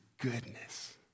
goodness